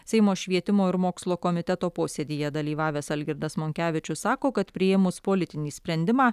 seimo švietimo ir mokslo komiteto posėdyje dalyvavęs algirdas monkevičius sako kad priėmus politinį sprendimą